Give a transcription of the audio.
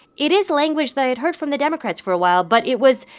it is language that i'd heard from the democrats for a while. but it was,